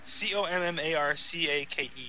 C-O-M-M-A-R-C-A-K-E